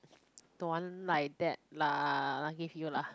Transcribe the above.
don't like that lah I give you lah